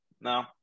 no